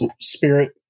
Spirit